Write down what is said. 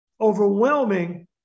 overwhelming